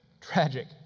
tragic